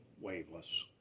waveless